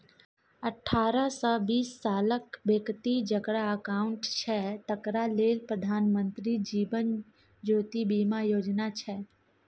अठारहसँ बीस सालक बेकती जकरा अकाउंट छै तकरा लेल प्रधानमंत्री जीबन ज्योती बीमा योजना छै